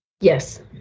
Yes